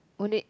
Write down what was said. won't it